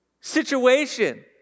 situation